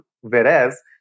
whereas